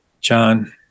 john